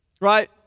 Right